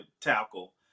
tackle